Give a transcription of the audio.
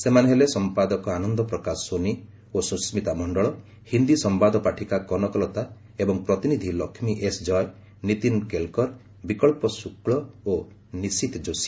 ସେମାନେ ହେଲେ ସମ୍ପାଦକ ଆନନ୍ଦ ପ୍ରକାଶ ସୋନି ଓ ସୁସ୍କିତା ମଣ୍ଡଳ ହିନ୍ଦୀ ସମ୍ଭାଦ ପାଠିକା କନକଲତା ଏବଂ ପ୍ରତିନିଧି ଲକ୍ଷ୍ମୀ ଏସ୍ଜୟ ନୀତିନ କେଲକର ବିକ୍ସ ଶୁକ୍କ ଓ ନିଷିଥ ଯୋଶୀ